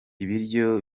ibiryo